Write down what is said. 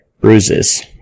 bruises